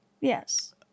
Yes